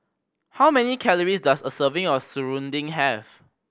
how many calories does a serving of serunding have